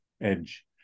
edge